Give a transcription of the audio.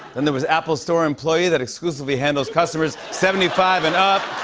and there was, apple store employee that exclusively handles customers seventy five and up.